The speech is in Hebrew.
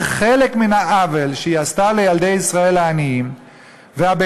חלק מן העוול שהיא עשתה לילדי ישראל העניים והבינוניים,